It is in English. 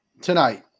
tonight